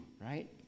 right